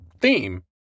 theme